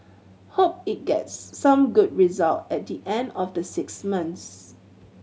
hope it gets some good result at the end of the six months